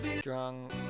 Drunk